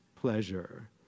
pleasure